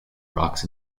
rocks